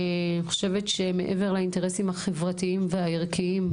חושבת שמעבר לאינטרסים החברתיים והערכיים,